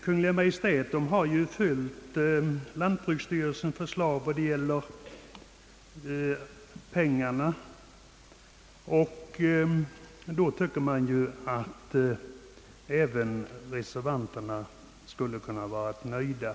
Kungl. Maj:t har ju följt lantbruksstyrelsens förslag när det gäller pengarna, och då kan man ju tycka att även reservanterna skulle kunna vara nöjda.